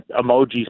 emojis